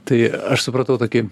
tai aš supratau tokį